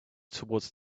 toward